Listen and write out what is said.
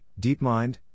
DeepMind